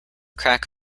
crack